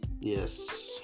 yes